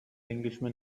englishman